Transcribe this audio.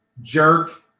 jerk